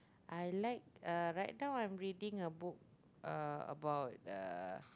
I like uh right now I'm reading a book uh about uh